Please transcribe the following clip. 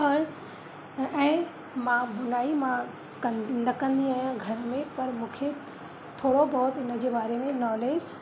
और ऐं मां बुनाई मां कंदी न कंदी आहियां घर में पर मूंखे थोरो बहुत इन जे बारे में नॉलेज